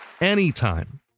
anytime